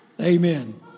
Amen